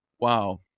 wow